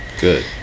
Good